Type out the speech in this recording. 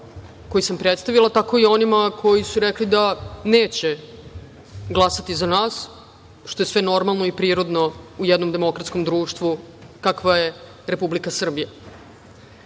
koji sam predstavila, tako i onima koji su rekli da neće glasati za nas, što je sve normalno i prirodno u jednom demokratskom društvu, kakva je Republika